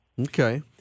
Okay